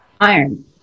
iron